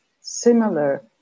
similar